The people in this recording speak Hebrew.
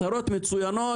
הצהרות מצוינות,